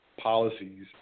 policies